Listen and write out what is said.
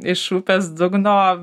iš upės dugno